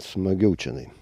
smagiau čionai